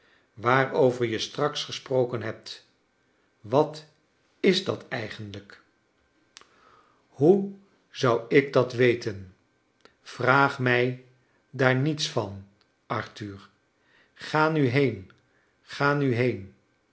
waarover je straks gesproken hebt wat is dat eigcnlijk charles dickens hoe zou ik dat wet en vraag mij daar niets van arthur ga nu heen ga nu heen